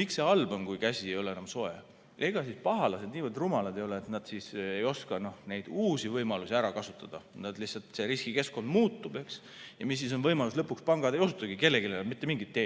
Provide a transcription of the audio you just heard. Miks see halb on, kui käsi ei ole enam soe? Ega siis pahalased niivõrd rumalad ei ole, et nad ei oska neid uusi võimalusi ära kasutada. Lihtsalt see riskikeskkond muutub. Ja mis siis on võimalus? Lõpuks pangad ei osutagi kellelegi mitte mingeid